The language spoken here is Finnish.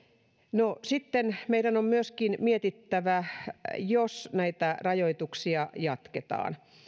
no sitten meidän on myöskin mietittävä sitä jos näitä rajoituksia jatketaan